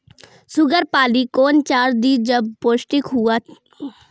Sugar पाली कौन चार दिय जब पोस्टिक हुआ?